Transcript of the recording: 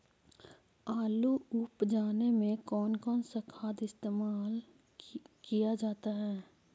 आलू उप जाने में कौन कौन सा खाद इस्तेमाल क्या जाता है?